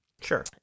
sure